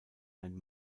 ein